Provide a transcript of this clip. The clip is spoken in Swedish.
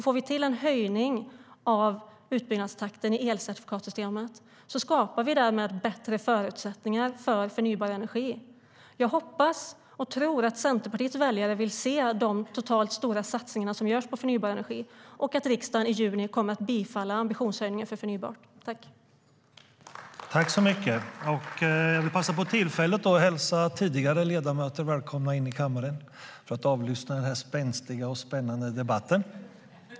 Får vi till en höjning av utbyggnadstakten i elcertifikatssystemet skapar vi därmed bättre förutsättningar för förnybar energi. Jag hoppas och tror att Centerpartiets väljare vill se de stora satsningar som görs på förnybar energi samt att riksdagen i juni kommer att bifalla ambitionshöjningen för förnybart.(ÅLDERSPRESIDENTEN: Jag vill passa på tillfället att hälsa tidigare ledamöter välkomna in i kammaren för att avlyssna denna spänstiga och spännande debatt.